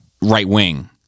right-wing